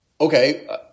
okay